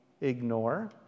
ignore